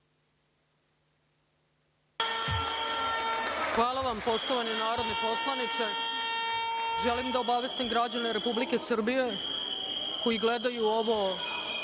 Hvala vam, poštovani narodni poslaniče. Želim da obavestim građane Republike Srbije koji gledaju ovo